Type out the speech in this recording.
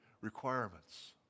requirements